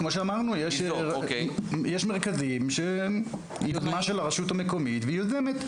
כמו שאמרנו, יש מרכזים שהם יוזמת הרשות המקומית.